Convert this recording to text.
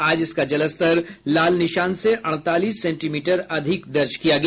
आज इसका जलस्तर लाल निशान से अड़तालीस सेंटीमीटर अधिक दर्ज किया गया